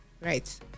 right